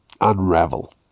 unravel